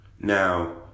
Now